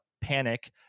panic